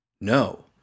No